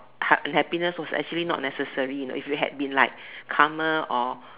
unhappiness was actually not necessary you know if you had been like calmer or